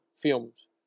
films